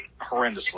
horrendously